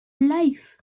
life